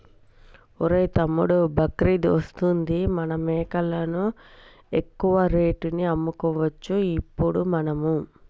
ఒరేయ్ తమ్ముడు బక్రీద్ వస్తుంది మన మేకలను ఎక్కువ రేటుకి అమ్ముకోవచ్చు ఇప్పుడు మనము